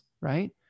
right